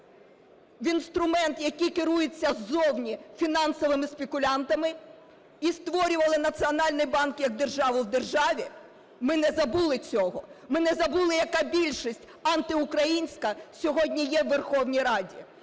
в інструмент, який керується ззовні фінансовими спекулянтами, і створювали Національний банк як державу в державі. Ми не забули цього. Ми не забули, яка більшість антиукраїнська сьогодні є в Верховній Раді.